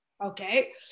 Okay